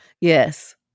Yes